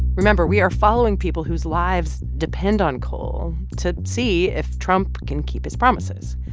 remember, we are following people whose lives depend on coal to see if trump can keep his promises.